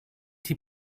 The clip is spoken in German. die